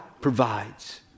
provides